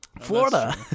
Florida